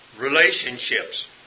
Relationships